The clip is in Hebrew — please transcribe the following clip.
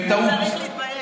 בטעות.